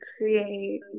create